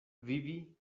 vivi